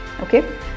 Okay